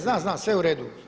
Znam, znam, sve uredu.